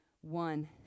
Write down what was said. one